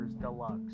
deluxe